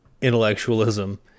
intellectualism